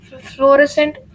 fluorescent